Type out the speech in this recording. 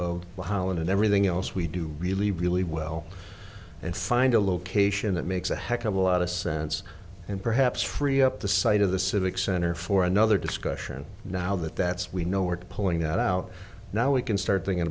of holland and everything else we do really really well and find a location that makes a heck of a lot of sense and perhaps free up the site of the civic center for another discussion now that that's we know we're pulling that out now we can start thinking